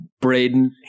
Braden